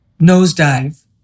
nosedive